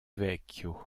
vecchio